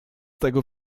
tego